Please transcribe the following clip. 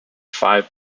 five